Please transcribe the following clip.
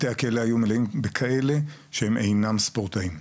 בתי הכלא היו מלאים בכאלו שהם אינם ספורטאים.